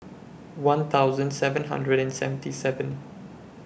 one thousand seven hundred and seventy seven